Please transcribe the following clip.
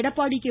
Edappadi K